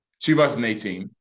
2018